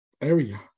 area